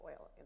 oil